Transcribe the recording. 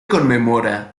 conmemora